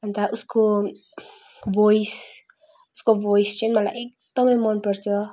अन्त उसको भोइस उसको भोइस चाहिँ मलाई एकदमै मन पर्छ